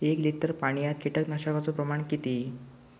एक लिटर पाणयात कीटकनाशकाचो प्रमाण किती?